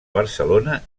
barcelona